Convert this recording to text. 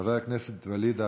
חבר הכנסת ואליד אלהואשלה,